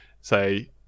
say